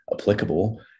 applicable